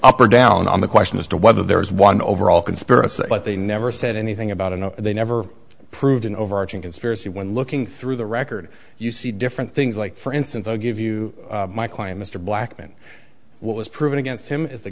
up or down on the question as to whether there is one overall conspiracy but they never said anything about and they never proved an overarching conspiracy when looking through the record you see different things like for instance i'll give you my client mr blackman what was proven against him is the